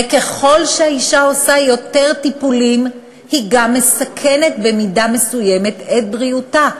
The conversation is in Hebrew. וככל שהאישה עושה יותר טיפולים היא גם מסכנת במידה מסוימת את בריאותה.